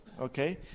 Okay